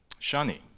Shani